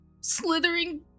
slithering